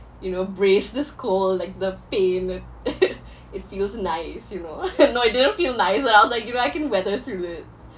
you know brace this cold like the pain it it feels nice you know no it didn't feel nice lah I was like if I can weather through it